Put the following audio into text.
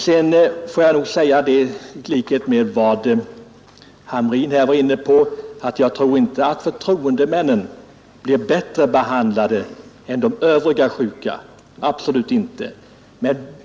Sedan får jag lov att i likhet med herr Hamrin säga att jag tror inte att förtroendemännen blir bättre behandlade än de övriga sjuka. Absolut inte.